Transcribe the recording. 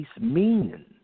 meaning